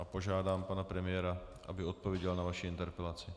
Požádám pana premiéra, aby odpověděl na vaši interpelaci.